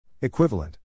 Equivalent